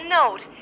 note